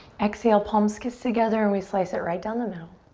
exhale, palms kiss together, we slice it right down the middle,